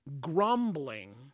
Grumbling